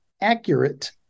accurate